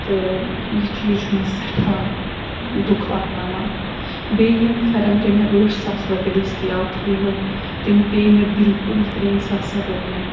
تہٕ یہِ چیٖز چھُ مےٚ سٮ۪ٹھاہ دُکھ واتناوان بیٚیہِ یِم پھٮ۪رن تۄہہِ مےٚ ٲٹھ ساس رۄپیہِ دٔستِیاب تھٲیوٕ تِم پے مےٚ بلکُل ترٛیٚنۍ ساسن رۄپین